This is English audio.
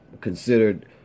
considered